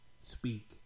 Speak